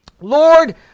Lord